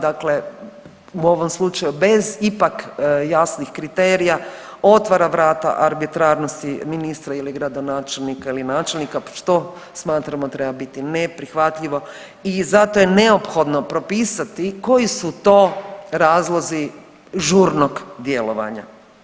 Dakle, u ovom slučaju bez ipak jasnih kriterija otvara vrata arbitrarnosti ministra ili gradonačelnika ili načelnika što smatramo treba biti neprihvatljivo i zato je neophodno propisati koji su to razlozi žurnog djelovanja.